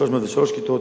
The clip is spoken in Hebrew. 303 כיתות